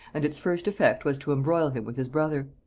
and its first effect was to embroil him with his brother.